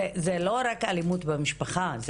זה לא רק אלימות במשפחה,